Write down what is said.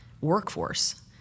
Workforce